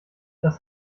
das